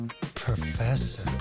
Professor